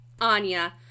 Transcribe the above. Anya